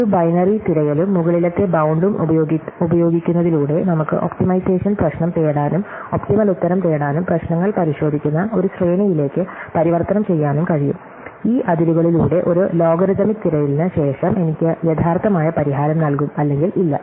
ഒരു ബൈനറി തിരയലും മുകളിലത്തെ ബൌണ്ടും ഉപയോഗിക്കുന്നതിലൂടെ നമുക്ക് ഒപ്റ്റിമൈസേഷൻ പ്രശ്നം തേടാനും ഒപ്റ്റിമൽ ഉത്തരം തേടാനും പ്രശ്നങ്ങൾ പരിശോധിക്കുന്ന ഒരു ശ്രേണിയിലേക്ക് പരിവർത്തനം ചെയ്യാനും കഴിയും ഈ അതിരുകളിലൂടെ ഒരു ലോഗരിഥമിക് തിരയലിന് ശേഷം എനിക്ക് യഥാർത്ഥമായ പരിഹാരം നൽകും അല്ലെങ്കിൽ ഇല്ല